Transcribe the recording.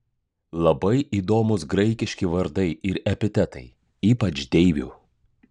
labai įdomūs graikiški vardai ir epitetai ypač deivių